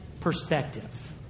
perspective